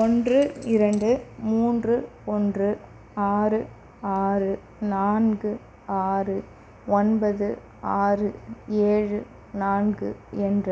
ஓன்று இரண்டு மூன்று ஒன்று ஆறு ஆறு நான்கு ஆறு ஒன்பது ஆறு ஏழு நான்கு என்ற